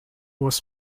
was